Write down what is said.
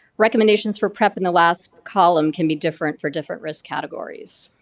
recommendations for prep in the last column can be different for different risk categories.